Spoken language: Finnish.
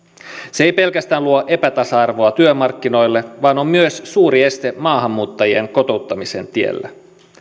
se ei pelkästään luo epätasa arvoa työmarkkinoille vaan on myös suuri este maahanmuuttajien kotouttamisen tiellä